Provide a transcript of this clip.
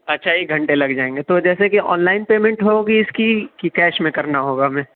اچھا ایک گھنٹےلگ جائیں گے تو جیسے کہ آن لائن پیمنٹ ہوگی اِس کی کہ کیش میں کرنا ہوگا ہمیں